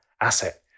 asset